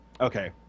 Okay